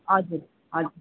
हजुर हजुर